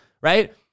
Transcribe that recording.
right